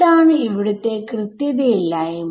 ഇതാണ് ഇവിടുത്തെ കൃത്യതയില്ലായ്മ